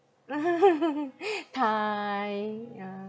thai yeah